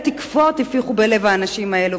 אילו תקוות הפיחו בלב האנשים האלה.